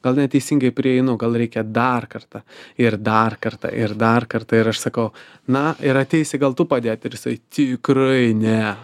gal neteisingai prieinu gal reikia dar kartą ir dar kartą ir dar kartą ir aš sakau na ir ateisi gal tu padėt ir jisai tikrai ne